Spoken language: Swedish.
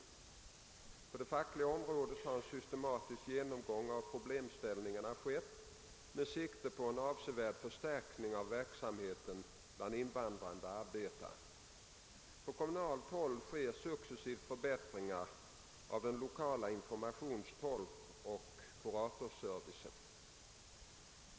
På det fackliga området har en systematisk genomgång av problemställningarna gjorts med sikte på en avsevärd förstärkning av verksamheten bland invandrade arbetare. På kommunalt håll sker successivt förbättringar av den lokala informations-, tolkoch kuratorsservicen.